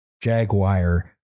Jaguar